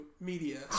media